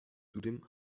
zudem